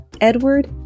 Edward